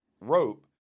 rope